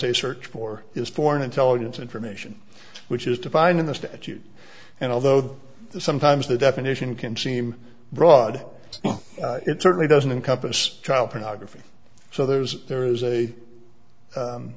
a search for is foreign intelligence information which is defined in the statute and although sometimes the definition can seem broad it certainly doesn't encompass child pornography so there's there is a